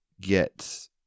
get